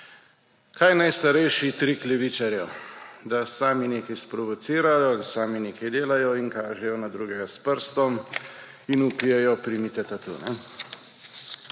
Kaj je najstarejši trik levičarjev? Da sami nekaj sprovocirajo in sami nekaj delajo in kažejo na drugega s prstom in vpijejo: »Primite tatu!«